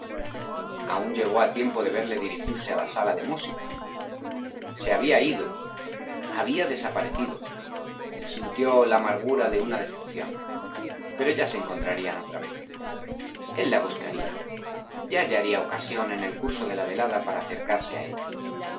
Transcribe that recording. aun llegó a tiempo de verle dirigirse a la sala de música se había ido había desaparecido sintió la amargura de una decepción pero ya se encontrarían otra vez el la buscaría ya hallaría ocasión en el curso de la velada para acercarse a ella